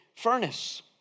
furnace